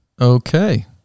Okay